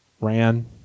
ran